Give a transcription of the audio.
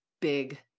big